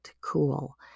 cool